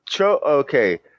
Okay